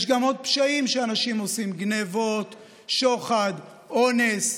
יש עוד פשעים שאנשים עושים, גנבות, שוחד, אונס,